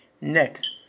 Next